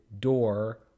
door